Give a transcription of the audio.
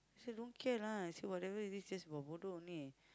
so don't care lah I say whatever it is just for bodoh only